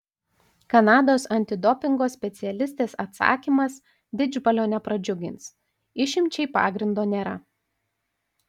kanados antidopingo specialistės atsakymas didžbalio nepradžiugins išimčiai pagrindo nėra